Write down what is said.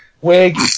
Wig